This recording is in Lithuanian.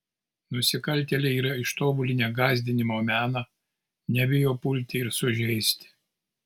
nusikaltėliai yra ištobulinę gąsdinimo meną nebijo pulti ir sužeisti